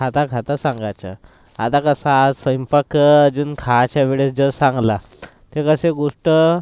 खाता खाता सांगायचं आता कसं आज स्वयंपाक अजून खायच्या वेळेस जसं सांगला तर कसं गोष्ट